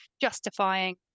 justifying